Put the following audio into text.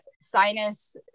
sinus